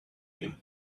him